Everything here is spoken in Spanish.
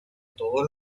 todos